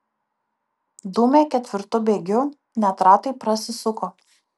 dūmė ketvirtu bėgiu net ratai prasisuko